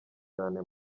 cyane